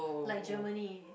like Germany